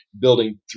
building